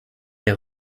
est